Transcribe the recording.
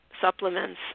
supplements